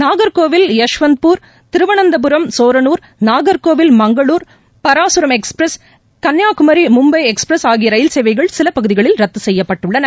Nagercoil Yesvantpur Thiruvananthapuram Shoranur Nagercoil Mangalore Parasuram express Kanyakumari Mumbai express ஆகிய ரயில்சேவைகள் சில பகுதிகளில் ரத்து செய்யப்பட்டுள்ளன